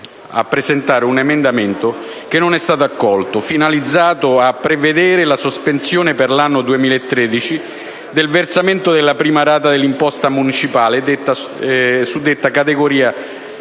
a presentare un emendamento che non è stato accolto, finalizzato a prevedere la sospensione per l'anno 2013 del versamento della prima rata dell'imposta municipale per la suddetta categoria